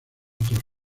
otros